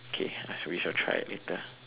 okay I we shall try later